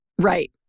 Right